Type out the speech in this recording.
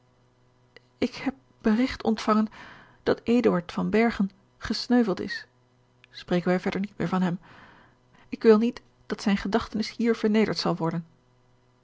ik heb berigt ontvangen dat eduard tan bergen gesneuveld is spreken wij verder niet meer van hem ik wil niet nadat zijne gedachtenis hier vernederd zal worden